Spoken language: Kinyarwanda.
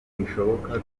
bishoboka